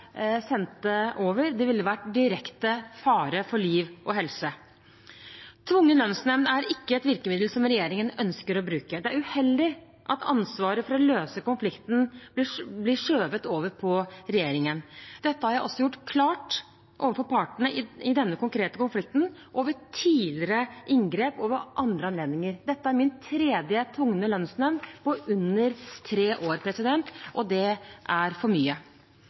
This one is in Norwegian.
skjøvet over på regjeringen. Dette har jeg også gjort klart overfor partene i denne konkrete konflikten og ved tidligere inngrep og andre anledninger. Dette er min tredje tvungne lønnsnemnd på under tre år, og det er for mye.